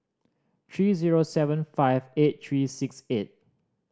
three zero seven five eight three six eight